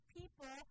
people